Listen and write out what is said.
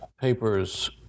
papers